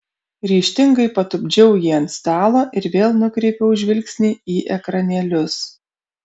ryžtingai patupdžiau jį ant stalo ir vėl nukreipiau žvilgsnį į ekranėlius